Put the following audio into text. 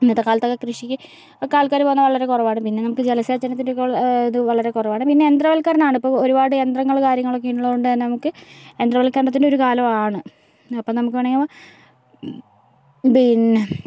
ഇന്നത്തെ കാലത്തൊക്കെ കൃഷിയ്ക്ക് ഒക്കെ ആൾക്കാർ പോവുന്നത് വളരെ കുറവാണ് പിന്നെ നമുക്ക് ജലസേചനത്തിന്റെ ഇത് വളരെ കുറവാണ് പിന്നെ യന്ത്രവൽക്കരണമാണ് ഇപ്പോൾ ഒരുപാട് യന്ത്രങ്ങൾ കാര്യങ്ങളൊക്കെ ഉള്ളതുകൊണ്ടുതന്നെ നമുക്ക് യന്ത്ര വൽക്കരണത്തിന്റെ ഒരു കാലമാണ് അപ്പോൾ നമുക്ക് വേണമെങ്കിൽ പിന്നെ